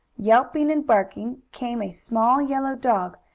yelping and barking, came a small yellow dog,